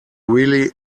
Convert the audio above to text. really